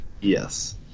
Yes